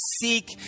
seek